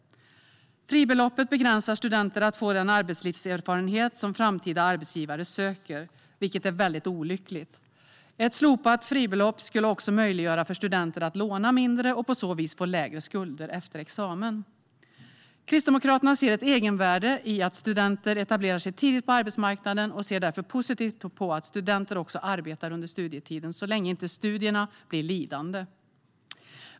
Fribeloppet begränsar studenter när det gäller att få den arbetslivserfarenhet som framtida arbetsgivare söker, vilket är väldigt olyckligt. Ett slopat fribelopp skulle också möjliggöra för studenter att låna mindre och på så vis få lägre skulder efter examen. Kristdemokraterna ser ett egenvärde i att studenter etablerar sig tidigt på arbetsmarknaden och ser därför positivt på att studenter också arbetar under studietiden, så länge studierna inte blir lidande.